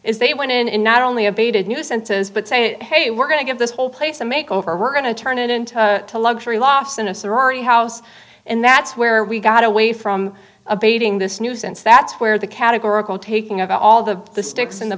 is they went in and not only abated nuisances but saying hey we're going to give this whole place a make over we're going to turn it into a luxury lofts in a sorority house and that's where we got away from abating this nuisance that's where the categorical taking of all the the sticks in the